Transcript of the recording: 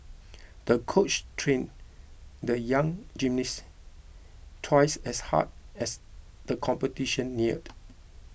the coach trained the young gymnast twice as hard as the competition neared